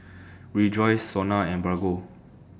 Rejoice Sona and Bargo